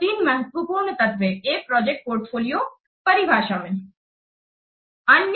यहां तीन महत्वपूर्ण तत्व हैं एक प्रोजेक्ट पोर्टफोलियो परिभाषा है